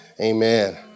Amen